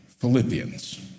Philippians